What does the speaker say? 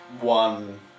one